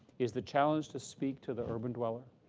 is the challenge to speak to the urban dweller?